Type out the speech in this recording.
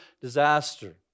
disaster